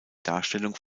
darstellung